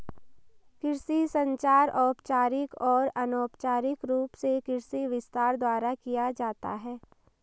कृषि संचार औपचारिक और अनौपचारिक रूप से कृषि विस्तार द्वारा किया जाता है